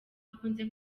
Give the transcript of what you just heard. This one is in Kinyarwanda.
akunze